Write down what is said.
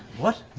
what?